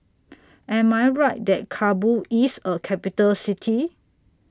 Am I Right that Kabul IS A Capital City